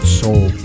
soul